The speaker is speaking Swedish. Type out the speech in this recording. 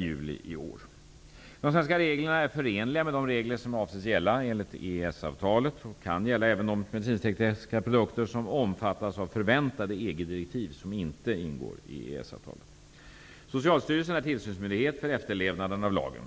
juli 1993. De svenska reglerna är förenliga med de regler som avses gälla enligt EES-avtalet och kan gälla även de medicintekniska produkter som omfattas av förväntade EG-direktiv som inte ingår i EES-avtalet. Socialstyrelsen är tillsynsmyndighet för efterlevnaden av lagen.